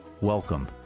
Welcome